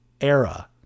era